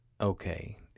okay